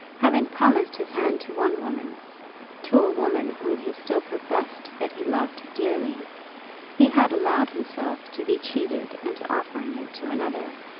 having promised his hand to one woman to a woman whom he still professed that he loved dearly he had allowed himself to be cheated into offering it to another.